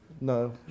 no